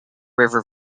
river